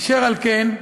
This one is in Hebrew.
אשר על כן,